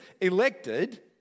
Elected